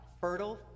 fertile